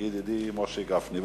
ידידי משה גפני.